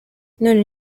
none